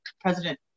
President